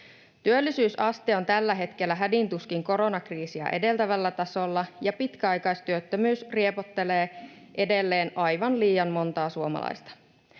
Työllisyysaste on tällä hetkellä hädin tuskin koronakriisiä edeltävällä tasolla, ja pitkäaikaistyöttömyys riepottelee edelleen aivan liian montaa suomalaista.